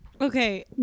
Okay